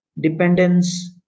dependence